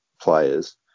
players